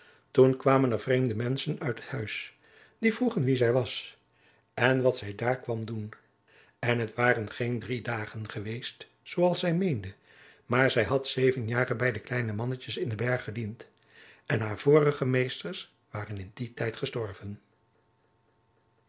toen kwamen er vreemde menschen uit het huis die vroegen wie zij was en wat zij daar kwam doen en het waren geen drie dagen geweest zooals zij meende maar zij had zeven jaar bij de kleine mannetjes in den berg gediend en haar vorige meesters waren in dien tijd gestorven